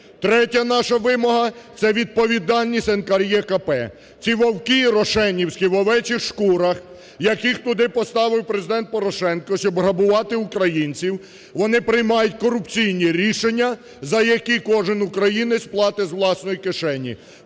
Третя наша вимога – це відповідальність НКРЕКП. Ці "вовки рошенівські" в овечих шкурах, яких туди поставив Президент Порошенко, щоб грабувати українців, вони приймають корупційні рішення, за які кожен українець платить з власної кишені.